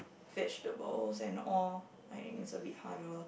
vegetables and all like it is a bit harder